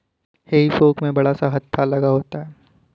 हेई फोक में बड़ा सा हत्था लगा होता है